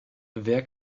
wer